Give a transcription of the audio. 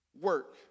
work